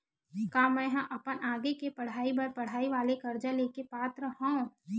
का मेंहा अपन आगे के पढई बर पढई वाले कर्जा ले के पात्र हव?